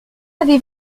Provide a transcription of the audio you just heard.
avez